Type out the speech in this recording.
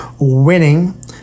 winning